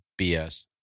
BS